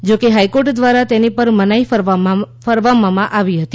જો કે હાઈકોર્ટ દ્વારા તેની પર મનાઈ ફરમાવવામાં આવી હતી